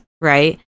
right